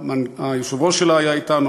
שהיושב-ראש שלה היה אתנו,